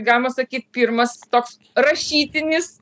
galima sakyt pirmas toks rašytinis